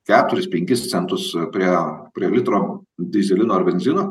keturis penkis centus prie prie litro dyzelino ar benzino